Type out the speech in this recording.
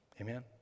Amen